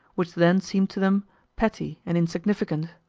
which then seem to them petty and insignificant.